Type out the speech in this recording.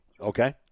okay